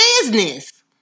business